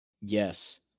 Yes